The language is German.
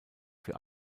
für